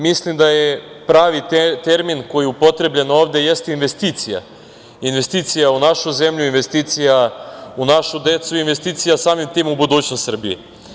Mislim da je pravi termin koji je upotrebljen ovde – investicija, investicija u našu zemlju, investicija u našu decu, investicija samim tim u budućnost Srbije.